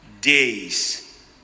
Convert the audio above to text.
days